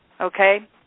Okay